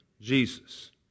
Jesus